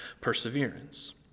perseverance